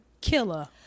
killer